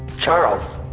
charles,